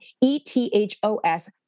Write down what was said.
E-T-H-O-S